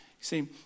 See